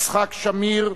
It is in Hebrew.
יצחק שמיר,